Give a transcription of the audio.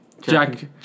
Jack